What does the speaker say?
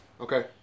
Okay